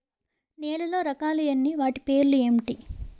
నేలలో రకాలు ఎన్ని వాటి పేర్లు ఏంటి?